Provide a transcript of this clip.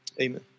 Amen